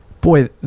boy